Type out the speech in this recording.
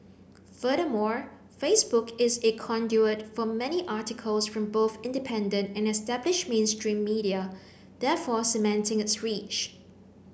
furthermore Facebook is a conduit for many articles from both independent and established mainstream media therefore cementing its reach